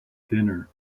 dinner